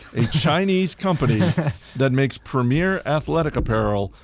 a chinese company that makes premier athletic apparel,